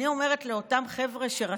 אני אומרת לאותם חבר'ה שרצים,